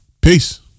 peace